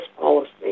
policy